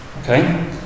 okay